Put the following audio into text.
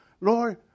Lord